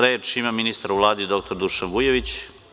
Reč ima ministar u Vladi dr Dušan Vujović.